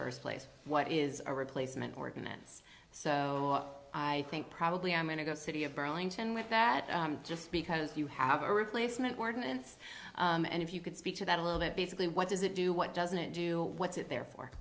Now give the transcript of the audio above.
first place what is a replacement organise so i think probably i'm going to go city of burlington with that just because you have a replacement ordinance and if you could speak to that a little bit basically what does it do what does it do what's it there for